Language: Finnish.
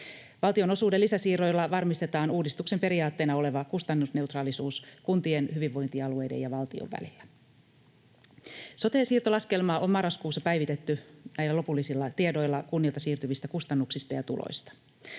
Valtionosuuden lisäsiirroilla varmistetaan uudistuksen periaatteena oleva kustannusneutraalisuus kuntien, hyvinvointialueiden ja valtion välillä. Soten siirtolaskelma on marraskuussa päivitetty näillä lopullisilla tiedoilla kunnilta siirtyvistä kustannuksista ja tuloista.